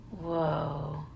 whoa